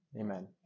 Amen